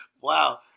Wow